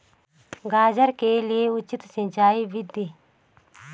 गाजर के लिए उचित सिंचाई विधि?